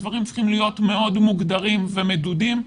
הדברים צריכים להיות מאוד מוגדרים ומדודים.